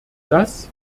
das